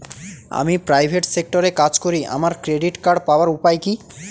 আমি প্রাইভেট সেক্টরে কাজ করি আমার ক্রেডিট কার্ড পাওয়ার উপায় কি?